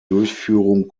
durchführung